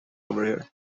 over